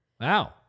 Wow